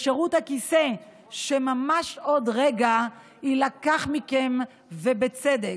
בשירות הכיסא שממש עוד רגע יילקח מכם, ובצדק.